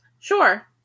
Sure